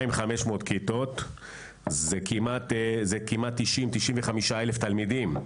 2,500 כיתות זה כמעט 95,000 תלמידים.